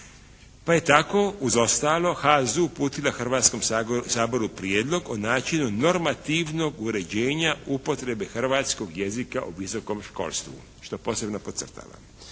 Pa je tako uz ostalo HAZ-u uputila Hrvatskom saboru prijedlog o načinu normativnog uređenja upotrebe hrvatskog jezika u visokom školstvu, što posebno podcrtavam.